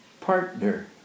partner